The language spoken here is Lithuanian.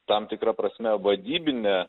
tam tikra prasme vadybine